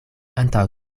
antaŭ